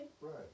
Right